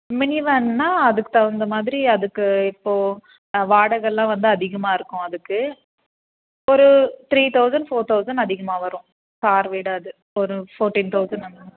mini வேன்னா அதுக்குத் தகுந்தமாதிரி அதுக்கு இப்போ வாடகைலாம் வந்து அதிகமாக இருக்கும் அதுக்கு ஒரு த்ரீ தௌசண்ட் ஃபோர் தௌசண்ட் அதிகமாக வரும் காரைவிட அது ஒரு ஃபோர்டீன் தௌசண்ட் அந்தமாதிரி